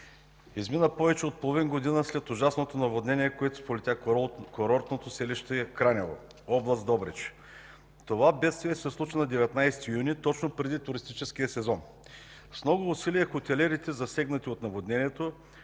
измина повече от половин година след ужасното наводнение, което сполетя курортното селище Кранево, област Добрич. Това бедствие се случи на 19 юни точно преди туристическия сезон. С много усилия хотелиерите, засегнати от наводнението,